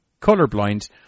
colorblind